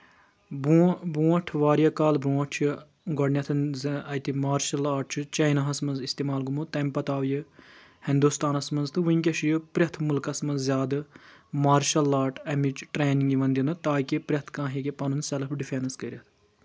برونہہ برونٛٹھ واریاہ کال برونٛٹھ چھُ گۄڈنؠتھَ زٕ اَتہِ مارشَل آرٹ چھِ چاینَاہس منٛز اِستعمال گوٚمُت تَمہِ پَتہٕ آو یہِ ہِندُستانَس منٛز تہٕ وٕنکیٚس چھُ یہِ پرٛؠتھ مُلکَس منٛز زیادٕ مارشَل آرٹ اَمِچ ٹرینِنٛگ یِوان دِنہٕ تاکہِ پرؠتھ کانٛہہ ہیٚکہِ پَنُن سیلف ڈِفؠنس کٔرِتھ